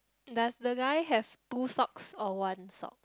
does the guy have two socks or one sock